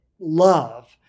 love